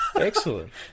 Excellent